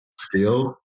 skills